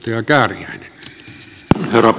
herra puhemies